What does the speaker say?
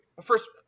First